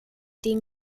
den